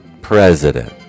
President